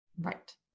Right